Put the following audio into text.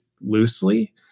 loosely